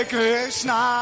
Krishna